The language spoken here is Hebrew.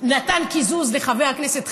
נתן קיזוז לחבר הכנסת חזן?